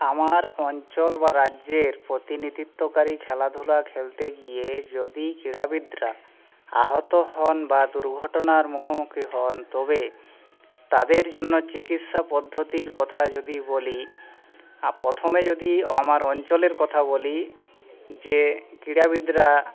আমার অঞ্চল বা রাজ্যের প্রতিনিধিত্বকারী খেলাধুলা খেলতে গিয়ে যদি ক্রীড়াবিদরা আহত হন বা দুর্ঘটনার মুখোমুখি হন তবে তাদের জন্য চিকিৎসা পদ্ধতির কথা যদি বলি প্রথমে যদি আমার অঞ্চলের কথা বলি যে ক্রীড়াবিদরা